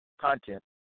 content